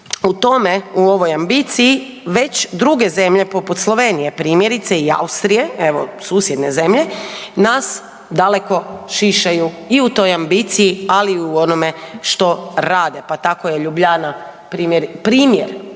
u tome u ovoj ambiciji već druge zemlje, poput Slovenije primjerice i Austrije, evo, susjedne zemlje, nas daleko šišaju i u toj ambiciji, ali i u onome što rade, pa tako je Ljubljana primjer